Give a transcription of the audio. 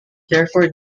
therefore